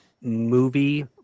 movie